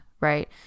right